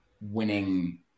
winning